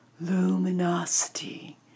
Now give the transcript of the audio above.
luminosity